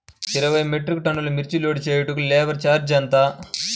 ఇరవై మెట్రిక్ టన్నులు మిర్చి లోడ్ చేయుటకు లేబర్ ఛార్జ్ ఎంత?